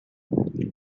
commune